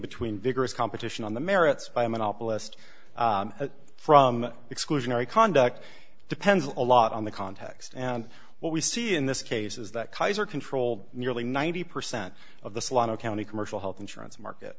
between vigorous competition on the merits by a monopolist from exclusionary conduct depends a lot on the context and what we see in this case is that kaiser controlled nearly ninety percent of the salon a county commercial health insurance market